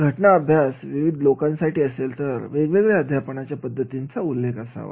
जर घटना अभ्यास विविध लोकांसाठी असेल तर वेगवेगळ्या अध्यापनाच्या पद्धतीचा उल्लेख असावा